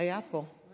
יש